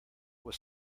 was